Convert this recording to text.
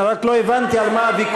אני רק לא הבנתי על מה הוויכוח,